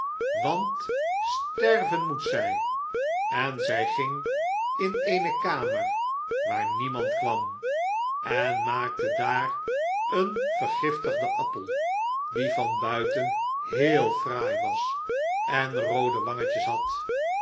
want sterven moet zij en zij ging in eene kamer waar niemand kwam en maakte daar een vergiftigden appel die van buiten heel fraai was en roode wangetjes had